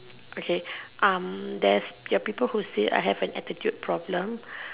okay um there's there are people that say I have attitude problem